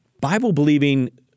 Bible-believing